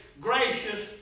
gracious